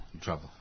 Trouble